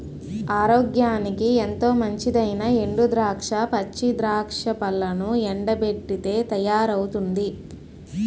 ఆరోగ్యానికి ఎంతో మంచిదైనా ఎండు ద్రాక్ష, పచ్చి ద్రాక్ష పళ్లను ఎండబెట్టితే తయారవుతుంది